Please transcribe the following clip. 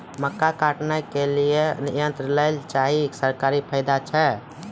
मक्का काटने के लिए यंत्र लेल चाहिए सरकारी फायदा छ?